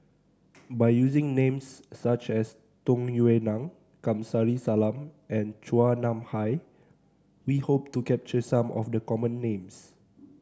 by using names such as Tung Yue Nang Kamsari Salam and Chua Nam Hai we hope to capture some of the common names